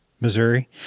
missouri